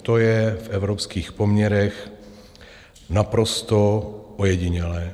To je v evropských poměrech naprosto ojedinělé.